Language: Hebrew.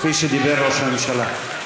כפי שדיבר ראש הממשלה,